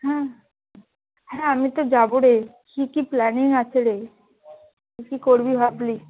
হ্যাঁ হ্যাঁ আমি তো যাবো রে কী কী প্ল্যানিং আছে রে কী করবি ভাবলি